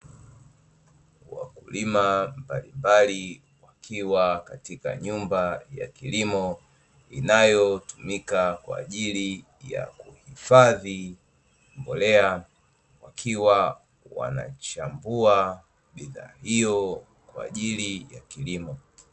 Wakulima mbalimbali wakiwa katika nyumba ya kilimo inayotumika kwa ajili ya kuhifadhi mbolea, wakiwa wanaichambua bidhaa hiyo kwa ajili ya kilimo.